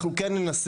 אנחנו כן ננסה,